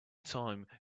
time